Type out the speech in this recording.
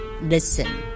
listen